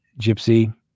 Gypsy